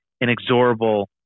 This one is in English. inexorable